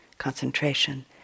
concentration